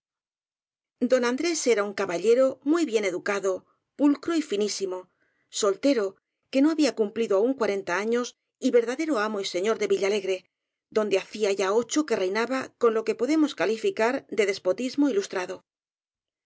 don andrés era un caballero muy bien educa do pulcro y finísimo soltero que no había cum plido aún cuarenta años y verdadero amo y señor de villalegre donde hacía ya ocho que reinaba con lo que podemos calificar de despotismo